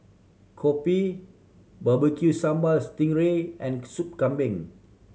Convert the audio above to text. kopi Barbecue Sambal sting ray and Soup Kambing